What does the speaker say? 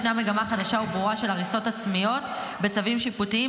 ישנה מגמה חדשה וברורה של הריסות עצמיות בצווים שיפוטיים,